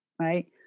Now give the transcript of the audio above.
right